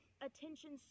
Attention